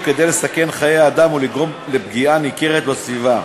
כדי לסכן חיי אדם או לגרום לפגיעה ניכרת בסביבה.